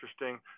interesting